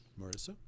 Marissa